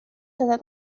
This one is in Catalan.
serà